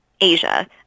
Asia